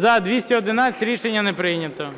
За-211 Рішення не прийнято.